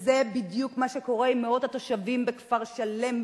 זה בדיוק מה שקורה עם מאות התושבים בכפר-שלם,